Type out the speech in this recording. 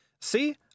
See